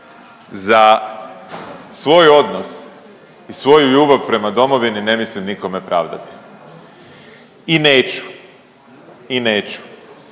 za svoj odnos i svoju ljubav prema domovini ne mislim nikome pravdati i neću i neću.